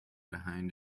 behind